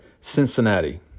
Cincinnati